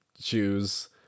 shoes